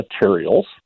materials